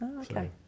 Okay